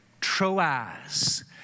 Troas